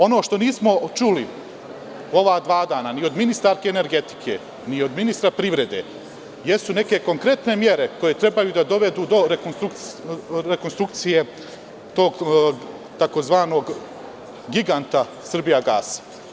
Ono što nismo čuli u ova dva dana, ni od ministarke energetike, ni od ministra privrede, jesu neke konkretne mere koje trebaju da dovedu do rekonstrukcije tog tzv. giganta „Srbijagas“